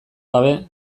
gabe